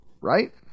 right